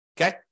Okay